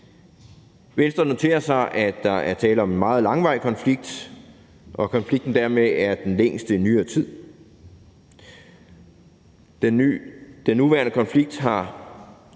Venstre noterer sig, at der er tale om en meget langvarig konflikt, og at konflikten er den længste i nyere tid. Den nuværende konflikt har